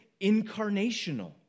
incarnational